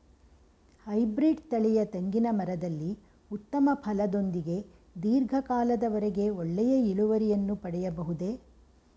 Hybrid ತಳಿಯ ತೆಂಗಿನ ಮರದಲ್ಲಿ ಉತ್ತಮ ಫಲದೊಂದಿಗೆ ಧೀರ್ಘ ಕಾಲದ ವರೆಗೆ ಒಳ್ಳೆಯ ಇಳುವರಿಯನ್ನು ಪಡೆಯಬಹುದೇ?